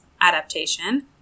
adaptation